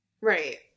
right